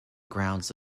grounds